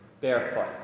barefoot